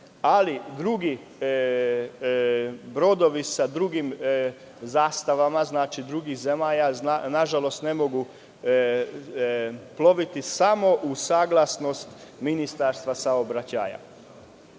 Ali, drugi brodovi sa drugim zastavama, znači drugih zemalja, nažalost ne mogu ploviti samo u saglasnost Ministarstva saobraćaja.